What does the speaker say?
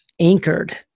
anchored